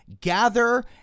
gather